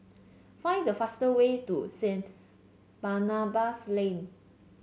find the fastest way to Saint Barnabas Lane